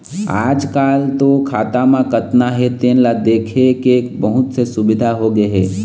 आजकाल तो खाता म कतना हे तेन ल देखे के बहुत से सुबिधा होगे हे